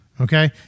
Okay